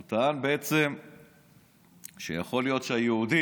הוא טען שיכול להיות שהיהודים